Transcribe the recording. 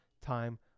time